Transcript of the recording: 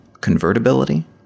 convertibility